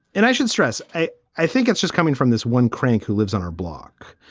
and i should stress. i i think it's just coming from this one crank who lives on our block.